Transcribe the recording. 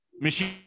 Machine